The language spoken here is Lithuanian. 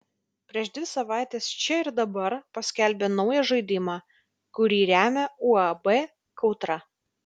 prieš dvi savaites čia ir dabar paskelbė naują žaidimą kurį remia uab kautra